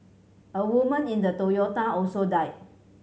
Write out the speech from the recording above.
a woman in the Toyota also died